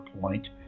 point